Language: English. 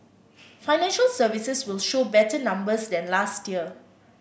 financial services will show better numbers than last year